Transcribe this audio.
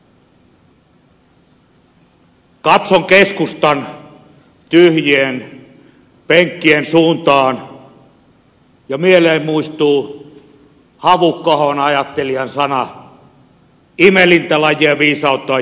katson keskustan tyhjien penkkien suuntaan ja mieleeni muistuu havukka ahon ajattelijan sanat imelintä lajien viisautta on jälkiviisaus